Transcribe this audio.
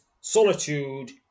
Solitude